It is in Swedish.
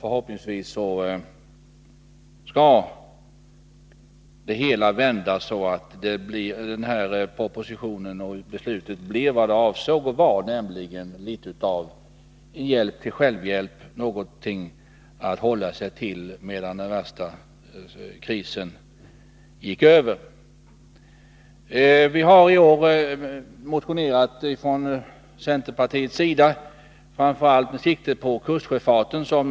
Förhoppningsvis skall utvecklingen gå i den riktningen att beslutet blir vad det avsåg att vara, nämligen hjälp till självhjälp, någonting att hålla sig till medan den värsta krisen gick över. Vi har i år motionerat från centerpartiets sida framför allt med sikte på kustsjöfarten.